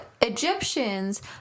Egyptians